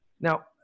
now